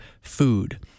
food